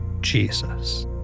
Jesus